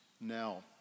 now